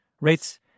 Rates